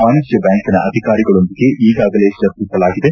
ವಾಣಿಜ್ಯ ಬ್ಯಾಂಕಿನ ಅಧಿಕಾರಿಗಳೊಂದಿಗೆ ಈಗಾಗಲೇ ಚರ್ಚಿಸಲಾಗಿದೆ